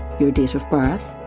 your date of birth,